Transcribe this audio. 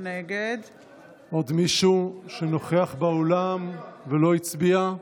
נגד יש עוד מישהו שנוכח באולם ולא הצביע?